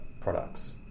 products